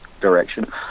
direction